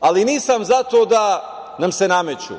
ali nisam za to da nam se nameću.